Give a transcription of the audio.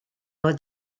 oedd